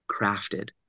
crafted